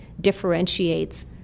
differentiates